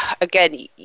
again